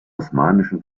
osmanischen